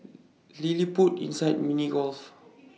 LilliPutt inside Mini Golf